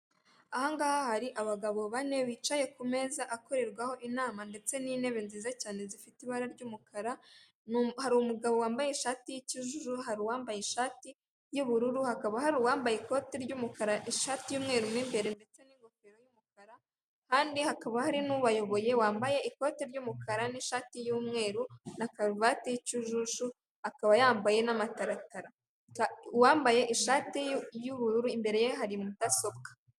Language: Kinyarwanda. Ahangaha hari abagabo bane bicaye ku meza akorerwaho inama ndetse n'intebe nziza cyane zifite ibara ry'umukara, hari umugabo wambaye ishati y'icyijuju, uwambaye ishati y'ubururu hakaba hari uwambaye ikoti ry'umukara ishati y'umweru imbere ndetse n'ingofero y'umukara kandi hakaba hari n'ubayoboye wambaye ikote ry'umukara n'ishati y'umweru na karuvati y'ikijuju akaba yambaye n'amataratara. Uwambaye ishati y'ubururu imbere ye hari mudasobwa.